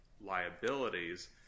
liabilities